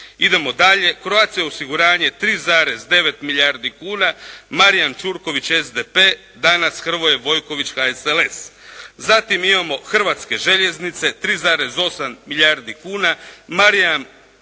Idemo dalje. Croatia osiguranje 3,9 milijardi kuna. Marijan Čurković, SDP. Danas Hrvoje Vojković, HSLS. Zatim imamo Hrvatske željeznice, 3,8 milijardi kuna.